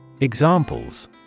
Examples